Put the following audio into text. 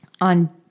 on